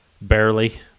barely